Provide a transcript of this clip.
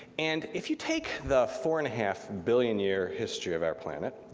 and if you take the four and a half billion year history of our planet,